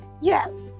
Yes